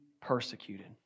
Persecuted